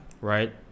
Right